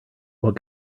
what